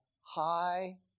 high